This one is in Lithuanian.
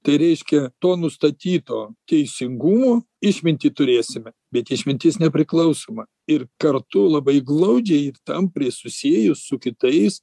tai reiškia to nustatyto teisingumo išmintį turėsime bet išmintis nepriklausoma ir kartu labai glaudžiai tampriai susiejus su kitais